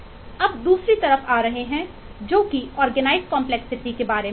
अब दूसरी तरफ आ रहा है जो कि ऑर्गेनाइजड कंपलेक्सिटी के बारे में था